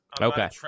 Okay